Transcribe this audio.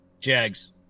Jags